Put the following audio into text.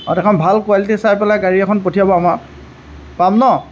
এখন ভাল কোৱালিটি চাই পেলাই গাড়ী এখন পঠিয়াব আমাক পাম ন